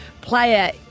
player